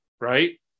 right